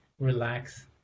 relax